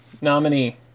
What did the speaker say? nominee